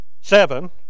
seven